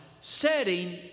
setting